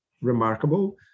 remarkable